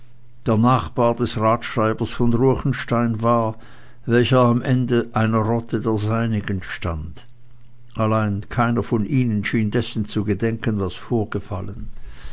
der nachbar des ratsschreibers von ruechenstein war welcher am ende einer rotte der seinigen stand allein keiner von ihnen schien dessen zu gedenken was vorgefallen